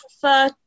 prefer